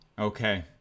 Okay